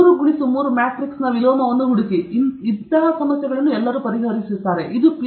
ಮೂರರಿಂದ ಮೂರು ಮ್ಯಾಟ್ರಿಕ್ಸ್ನ ವಿಲೋಮವನ್ನು ಹುಡುಕಿ ಎಲ್ಲರೂ ಪರಿಹರಿಸುತ್ತಾರೆ ಅದು ಪಿಎಚ್ಡಿ ಅಲ್ಲ